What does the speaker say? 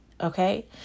Okay